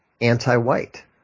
anti-white